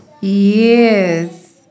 Yes